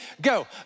go